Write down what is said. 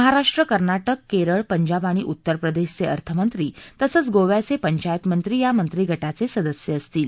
महाराष्ट्र कर्नाटक केरळ पंजाब आणि उत्तर प्रदेशचे अर्थमंत्री तसंच गोव्याचे पंचायत मंत्री या मंत्रिगटाचे सदस्य असतील